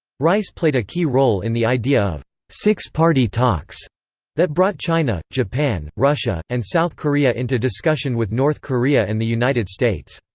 rice played a key role in the idea of six-party talks that brought china, japan, russia, and south korea into discussion with north korea and the united states.